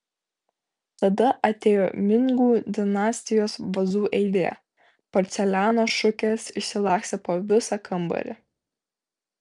tada atėjo mingų dinastijos vazų eilė porceliano šukės išsilakstė po visą kambarį